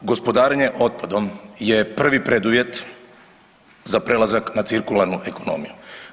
Gospodarenje otpadom je prvi preduvjet za prelazak na cirkularnu ekonomiju.